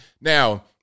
Now